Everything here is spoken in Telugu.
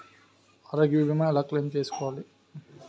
ఆరోగ్య భీమా ఎలా క్లైమ్ చేసుకోవాలి?